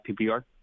PPR